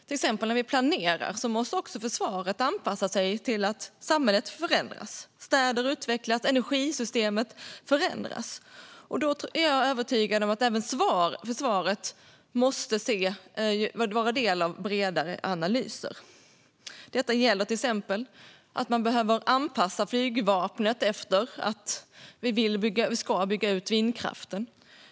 Till exempel när vi planerar måste också försvaret anpassa sig till att samhället förändras, städer utvecklas och energisystemet förändras. Då är jag övertygad om att försvaret måste vara en del av bredare analyser. Detta gäller till exempel att man behöver anpassa flygvapnet efter att vi ska bygga ut vindkraften.